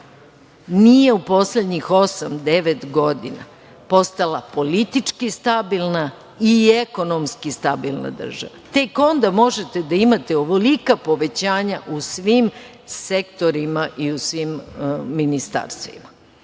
nije u poslednjih osam, devet godina postala politički stabilna i ekonomski stabilna država. Tek onda možete da imate ovolika povećanja u svim sektorima i u svim ministarstvima. Eto,